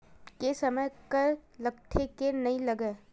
के समय कर लगथे के नइ लगय?